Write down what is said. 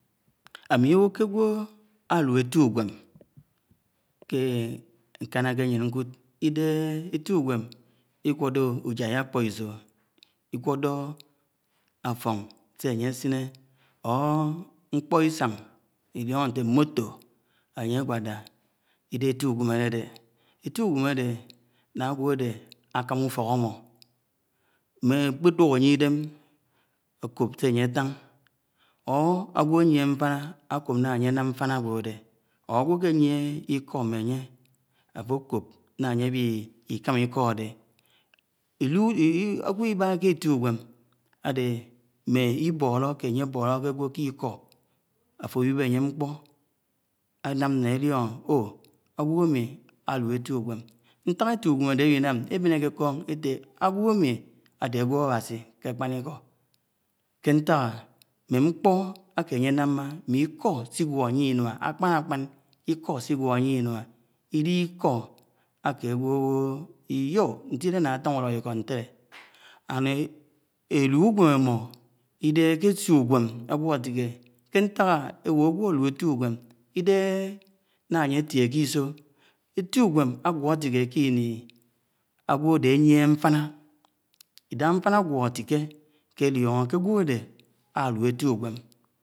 anw-09-P003. Ámi iwo̱ ḱe aǵwo̱ àlu ètti ùgwem kè nkànàkè àyen ńkud ídohe èti ugwem igino̱do̱ ujai akpo̱iso̱, igu o̱do̱ afo̱n śe ànye asine or nkpo̱ is̄an eti ugwem àde nah āgbuo̱ āde ākan̄a u̱fo̱k āmmo̱ mme ākpedúk ānye idēm àkop sé ànye átan or ānye idēm ako̱p sē an̄ye ānam n̄tina àgwo̱ āde or, agwo̱ àkéyie íko̱ m̄e ánye, àfo̱ ko̱m n̄a anye awi iḱańa iḱo̱ àdè m̄me ìboro̱ àkè ànye awi íka̱n̄a íko̱ āde. m̄me iboro̱ áke onye àbolokò agwo̱ íko̱ afe awibe ànyè nkpò ànam ía èlio̱no̱ oh àgwem aginem àde awinam èben órgwò ami àde àgino̱ ake anye anama mme ikò nśigwo̱ éiye ké ákpaniko̱ ke ntak. Mme nkpo ake anye anama ḿme iko̱ nśigwo̱ àye kè ínua akpanḱpan ìdehe iko̱ ake àgwo̱ àgwo̱ àwo̱ho̱ n̄side ĺa atan úlo̱ iko̱ ntele èlu ugwom àmo̱ idehe akesio úgwen àywo̱ àti ké iḱe ntàk ewo̱ agw̱en̄ àgwo̱ àti kè ikè ntàk e̱wo̱ agwọ alu etti úgwen, idehé ńna ànye, atie kì ìse eti úgwen agwe atikè kè ífa ha agwo̱ ade áyiene ntina̱.